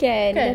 kan